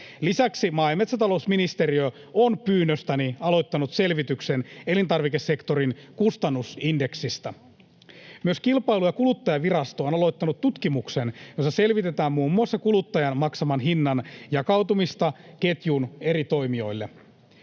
Lisäksi maa- ja metsätalousministeriö on pyynnöstäni aloittanut selvityksen elintarvikesektorin kustannusindeksistä. Kilpailu- ja kuluttajavirasto on aloittanut myös tutkimuksen, jossa selvitetään muun muassa kuluttajan maksaman hinnan jakautumista ketjun eri toimijoille.